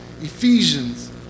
Ephesians